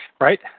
Right